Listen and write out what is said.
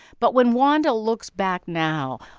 but when wanda looks back now,